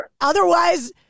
otherwise